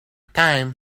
time